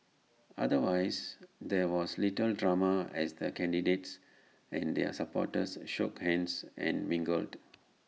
otherwise there was little drama as the candidates and their supporters shook hands and mingled